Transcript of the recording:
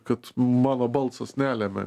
kad mano balsas nelemia